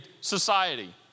society